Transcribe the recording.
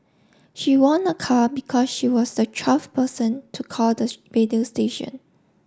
she won a car because she was the twelfth person to call the radio station